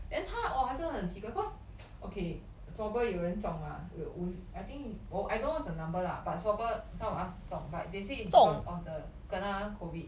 then 他 oh 他真的很奇怪 because okay swabber 有人中啊有五 I think I don't know what's the number lah but swabber some of us 中 but they say it's because of the kena COVID